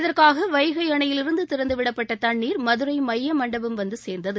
இதற்காக வைகை அணையிலிருந்து திறந்துவிடப்பட்ட தண்ணீர் மதுரை மைய மண்டபம் வந்து சேர்ந்தது